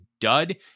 dud